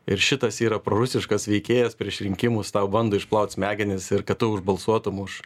ir šitas yra prorusiškas veikėjas prieš rinkimus tau bando išplaut smegenis ir kad tu užbalsuotum už